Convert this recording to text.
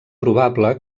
probable